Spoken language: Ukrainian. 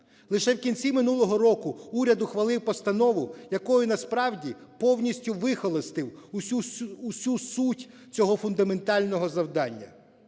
Лише в кінці минулого року уряд ухвалив постанову, якою насправді повністю вихолостив усю суть цього фундаментального завдання.